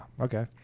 okay